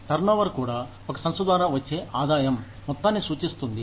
turnover కూడా ఒక సంస్థ ద్వారా వచ్చే ఆదాయం మొత్తాన్ని సూచిస్తుంది